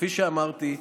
כפי שאמרתי,